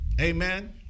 amen